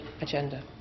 agenda